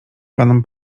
panom